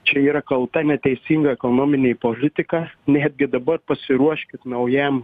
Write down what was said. čia yra kalta neteisinga ekonominė politika netgi dabar pasiruoškit naujam